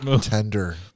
tender